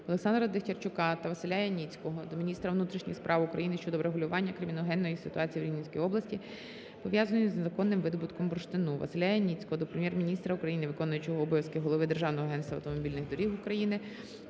Олександра Дехтярчука та Василя Яніцького до міністра внутрішніх справ України щодо врегулювання криміногенної ситуації в Рівненській області, пов'язаної з незаконним видобутком бурштину. Василя Яніцького до Прем'єр-міністра України, виконуючого обов'язки голови Державного агентства автомобільних доріг України,